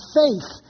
faith